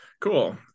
Cool